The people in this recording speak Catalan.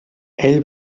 ell